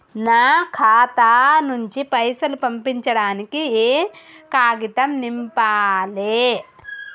నా ఖాతా నుంచి పైసలు పంపించడానికి ఏ కాగితం నింపాలే?